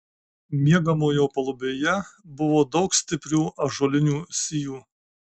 miegamojo palubėje buvo daug stiprių ąžuolinių sijų